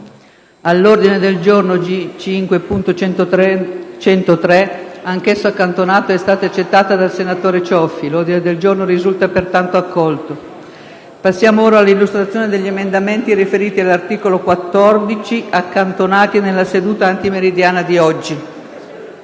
all'ordine del giorno G5.103, anch'esso accantonato, è stata accettata dal senatore Cioffi. L'ordine del giorno risulta pertanto accolto. Riprendiamo ora l'illustrazione degli emendamenti e degli ordini del giorno riferiti all'articolo 14, accantonati nella seduta antimeridiana di oggi.